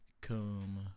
come